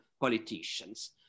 politicians